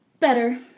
Better